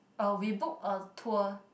oh we booked a tour